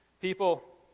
People